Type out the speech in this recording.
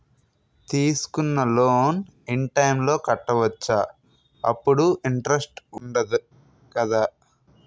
తీసుకున్న loan in time లో కట్టవచ్చ? అప్పుడు ఇంటరెస్ట్ వుందదు కదా?